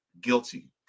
guilty